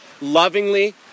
lovingly